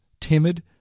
timid